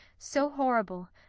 so horrible,